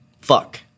Fuck